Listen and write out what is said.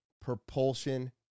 propulsion